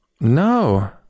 no